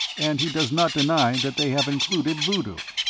and he does not deny that they have included voodoo.